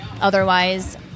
otherwise